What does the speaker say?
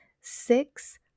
Six